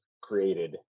created